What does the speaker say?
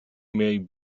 may